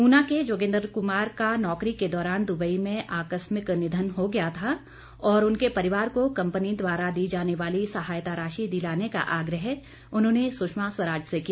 ऊना के जोगिंद्र कुमार का नौकरी के दौरान दुबई में आकस्मिक निधन हो गया था और उनके परिवार को कंपनी द्वारा दी जाने वाली सहायता राशि दिलाने का आग्रह उन्होंने सुषमा स्वराज से किया